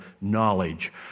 knowledge